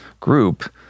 group